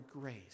grace